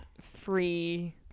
free